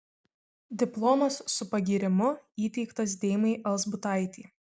diplomas su pagyrimu įteiktas deimai alzbutaitei